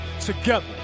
together